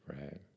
Right